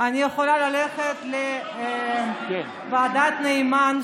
אני יכולה ללכת לוועדת נאמן,